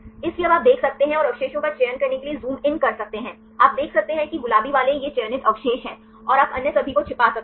इसलिए अब आप देख सकते हैं और अवशेषों का चयन करने के लिए ज़ूम इन कर सकते हैं आप देख सकते हैं कि गुलाबी वाले ये चयनित अवशेष हैं और आप अन्य सभी को छिपा सकते हैं